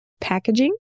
packaging